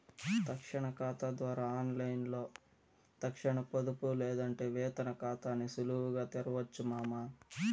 తక్షణ కాతా ద్వారా ఆన్లైన్లో తక్షణ పొదుపు లేదంటే వేతన కాతాని సులువుగా తెరవొచ్చు మామా